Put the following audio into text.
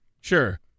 Sure